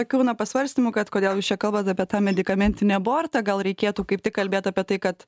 tokių na pasvarstymų kad kodėl jūs čia kalbat apie tą medikamentinį abortą gal reikėtų kaip tik kalbėt apie tai kad